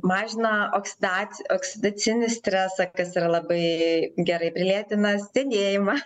mažina oksidacinį oksidacinį stresą kas yra labai gerai lėtina senėjimą